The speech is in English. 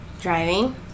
Driving